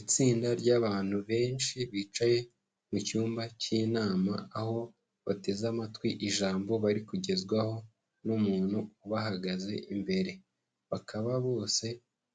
Itsinda ry'abantu benshi bicaye mu cyumba cy'inama, aho bateze amatwi ijambo bari kugezwaho n'umuntu ubahagaze imbere, bakaba bose